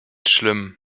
schlimm